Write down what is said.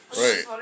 Right